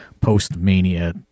post-mania –